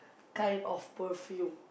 kind of perfume